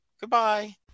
Goodbye